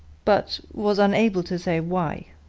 but was unable to say why.